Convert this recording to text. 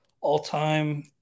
all-time